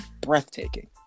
breathtaking